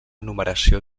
enumeració